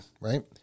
right